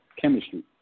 chemistry